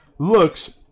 looks